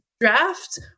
draft